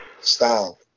style